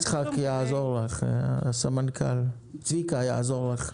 צביקה הסמנכ"ל יעזור לך.